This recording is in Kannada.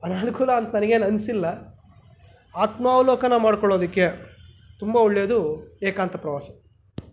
ಅನನುಕೂಲ ಅಂತ ನನಗೇನ್ ಅನ್ನಿಸಿಲ್ಲ ಆತ್ಮಾವಲೋಕನ ಮಾಡ್ಕೊಳ್ಳೋದಕ್ಕೆ ತುಂಬ ಒಳ್ಳೆಯದು ಏಕಾಂತ ಪ್ರವಾಸ